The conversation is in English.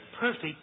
perfect